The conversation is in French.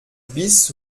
bis